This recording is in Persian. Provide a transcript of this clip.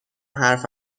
حرف